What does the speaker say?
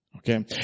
Okay